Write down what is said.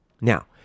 Now